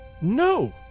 No